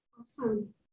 Awesome